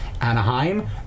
Anaheim